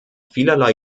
vielerlei